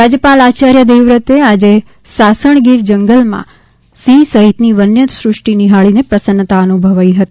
રાજ્યપાલ રાજ્યપાલ આચાર્ય દેવવ્રતે એ આજે સાસણ ગીર જંગલમાં સિંહ સહિતની વન્ય સૃષ્ટિ નિહાળી ને પ્રસન્નતા અનુભવી હતી